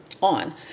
on